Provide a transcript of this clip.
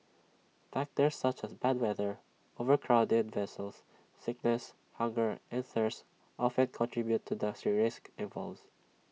factors such as bad weather overcrowded vessels sickness hunger and thirst often contribute to the risks involves